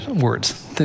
words